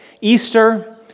Easter